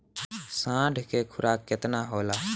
साढ़ के खुराक केतना होला?